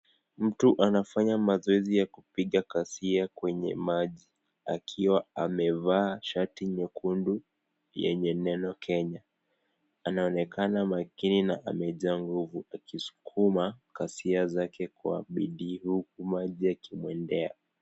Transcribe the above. Mtu anafanya mazoezi ya kupiga kasia kwenye maji akiwa amevaa shati nyekundu yenye neno Kenya, anaonekana makini na amejaa nguvu akisukuma kasia zake kwa bidii huku maji yakimwendea.